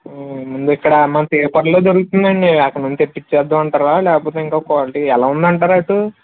ముందు ఇక్కడ మన తీపర్రులో దొరుకుతుందండి అక్కడ నుంచి తెప్పించేద్దాం అంటారా లేకపోతే ఇంకో క్వాలిటీ ఎలా ఉంది అంటారు అటు